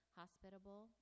hospitable